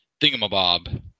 Thingamabob